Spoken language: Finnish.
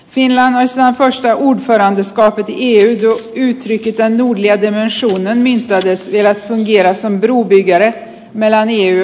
tilanne saa väistyä uuden perään koska niiden yhtiöitetään juhlia viemään suomeen niin täytyisi vielä tiedä sandu ja melanie